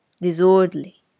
disorderly